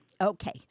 Okay